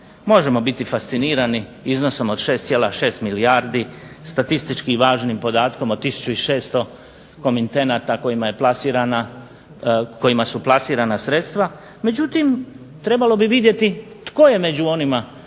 Možemo biti fascinirani iznosom od 6,6 milijardi statistički važnim podatkom od tisuću i 600 komitenata kojima je plasirana, kojima su plasirana sredstva, međutim trebalo bi vidjeti tko je među onima koji